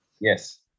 Yes